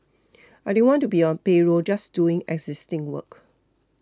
I didn't want to be on payroll just doing existing work